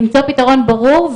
למצוא פתרון ברור.